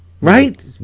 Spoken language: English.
Right